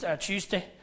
Tuesday